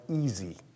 easy